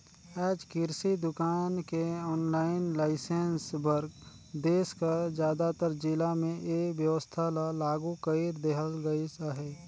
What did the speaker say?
आएज किरसि दुकान के आनलाईन लाइसेंस बर देस कर जादातर जिला में ए बेवस्था ल लागू कइर देहल गइस अहे